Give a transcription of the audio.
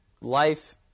life